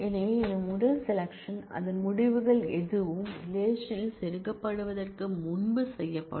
எனவே இந்த முதல் செலெக்சன் அதன் முடிவுகள் எதுவும் ரிலேஷன் ல் செருகப்படுவதற்கு முன்பு செய்யப்படும்